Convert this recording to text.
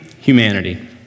humanity